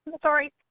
sorry